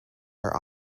are